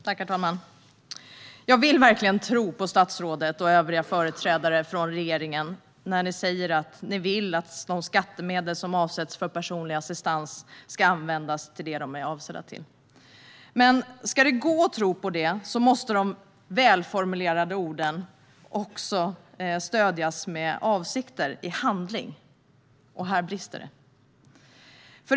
Herr talman! Jag vill verkligen tro på statsrådet och övriga företrädare för regeringen när ni säger att ni vill att de skattemedel som avsätts för personlig assistans ska användas till det de är avsedda för. Men ska det gå att tro på det måste de välformulerade orden om avsikter också stödjas med handling. Här brister det.